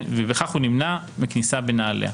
ובכך נמנע מכניסה בנעליה.